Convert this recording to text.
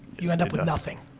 you end up with nothing.